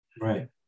Right